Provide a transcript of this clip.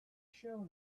show